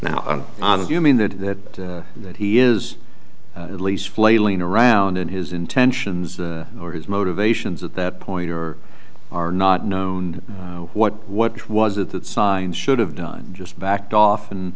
now and you mean that that he is at least flailing around in his intentions or his motivations at that point or are not known what what was it that signs should have done just backed off and